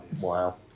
Wow